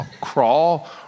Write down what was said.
crawl